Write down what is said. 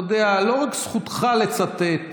אתה יודע, לא רק זכותך לצטט